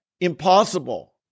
Impossible